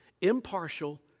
impartial